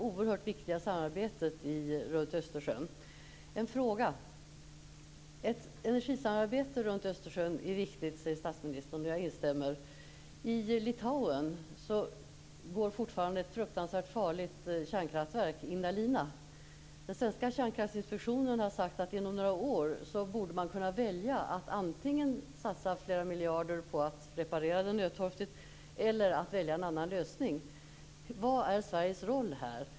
Herr talman! Jag vill börja med att tacka statsministern för ett mycket intressant anförande och för de glädjande nyheterna när det gäller det oerhört viktiga samarbetet runt Östersjön. Jag har en fråga. Statsministern säger att det är viktigt med ett energisamarbete runt Östersjön, och jag instämmer i det. I Litauen går fortfarande ett fruktansvärt farligt kärnkraftverk, nämligen Ignalina. Den svenska kärnkraftsinspektionen har sagt att inom några år borde man kunna välja mellan att antingen satsa flera miljarder på att reparera det nödtorftigt eller satsa på en annan lösning. Vad är Sveriges roll här?